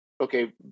okay